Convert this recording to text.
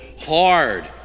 hard